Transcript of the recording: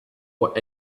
what